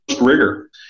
rigor